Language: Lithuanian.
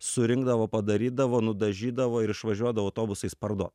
surinkdavo padarydavo nudažydavo ir išvažiuodavo autobusais parduot